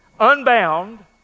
Unbound